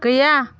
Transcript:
गैया